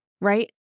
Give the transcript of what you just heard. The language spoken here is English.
right